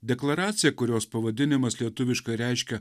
deklaracija kurios pavadinimas lietuviškai reiškia